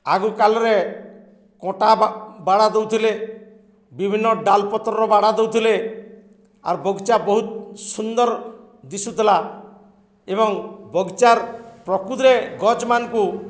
ଆଗକାଲରେ କଣ୍ଟା ବାଡ଼ା ଦଉଥିଲେ ବିଭିନ୍ନ ଡାଲ୍ ପତ୍ରର ବାଡ଼ା ଦଉଥିଲେ ଆର୍ ବଗିଚା ବହୁତ୍ ସୁନ୍ଦର୍ ଦିଶୁଥିଲା ଏବଂ ବଗିଚାର୍ ପ୍ରକୃତରେ ଗଛ୍ମାନଙ୍କୁ